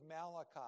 Malachi